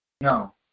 No